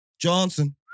Johnson